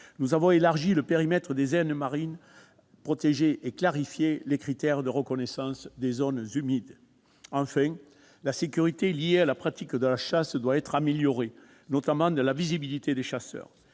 nous avons élargi le périmètre des aires marines protégées et clarifié les critères de reconnaissance des zones humides. Enfin, la sécurité liée à la pratique de la chasse doit être améliorée, notamment dans la visibilité des chasseurs.